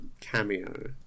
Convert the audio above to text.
cameo